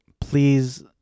please